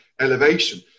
elevation